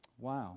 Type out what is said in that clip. Wow